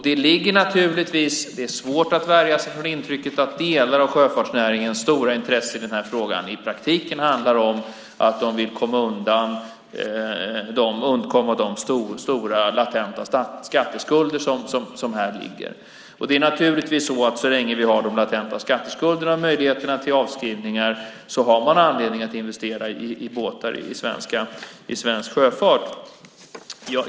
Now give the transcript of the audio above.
Det är svårt att värja sig från intrycket att delar av sjöfartsnäringens stora intresse i frågan i praktiken handlar om att de vill undkomma de stora latenta skatteskulder som här finns. Så länge de latenta skatteskulderna finns och möjligheterna till avskrivningar finns har man anledning att investera i båtar i svensk sjöfart.